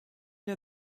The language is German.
der